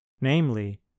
namely